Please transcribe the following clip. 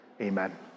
Amen